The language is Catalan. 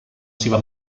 seva